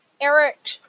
Eric